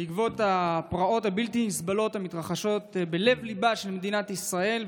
בעקבות הפרעות הבלתי-נסבלות המתרחשות בלב-ליבה של מדינת ישראל,